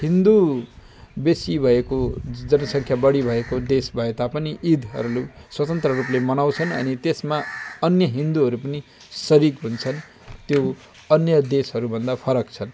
हिन्दू बेसी भएको ज जनसङ्ख्या बढी भएको देश भए तापनि इदहरू स्वतन्त्र रूपले मनाउँछन् अनि त्यसमा अन्य हिन्दूहरू पनि सरिक हुन्छन् त्यो अन्य देशहरू भन्दा फरक छ